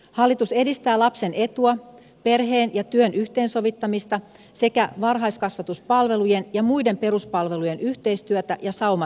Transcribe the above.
hallitus edistää lapsen etua perheen ja työn yhteensovittamista sekä varhaiskasvatuspalvelujen ja muiden peruspalvelujen yhteistyötä ja saumattomuutta